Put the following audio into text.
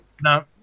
no